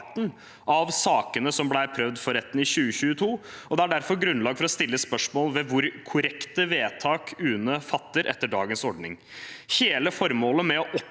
av sakene som ble prøvd for retten i 2022. Det er derfor grunnlag for å stille spørsmål om hvor korrekte vedtak UNE fatter etter dagens ordning. Hele formålet med å opprette